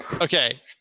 Okay